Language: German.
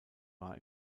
war